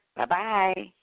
Bye-bye